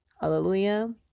Hallelujah